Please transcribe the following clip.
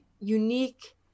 unique